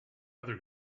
other